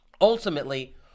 Ultimately